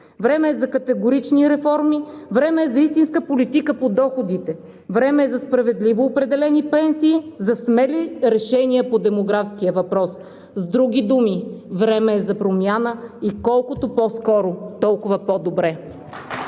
Време е за категорични реформи, време е за истинска политика по доходите, време е за справедливо определени пенсии и за смели решения по демографския въпрос! С други думи: време е за промяна и колкото по-скоро, толкова по-добре!